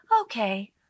okay